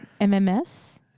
MMS